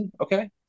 Okay